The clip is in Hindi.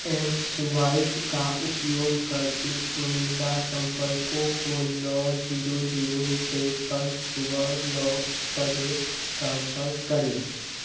एम स्वाइप का उपयोग करके चुनिंदा संपर्कों को नौ ज़ीरो ज़ीरो रुपए कल सुबह नौ बजे ट्रांसफ़र करें